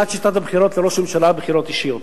את שיטת הבחירות לראש הממשלה לבחירות אישיות.